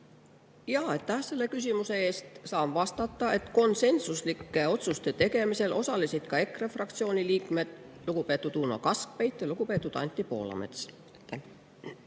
Aitäh selle küsimuse eest! Saan vastata, et konsensuslike otsuste tegemisel osalesid ka EKRE fraktsiooni liikmed, lugupeetud Uno Kaskpeit ja lugupeetud Anti Poolamets.